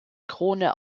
krone